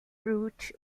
brooch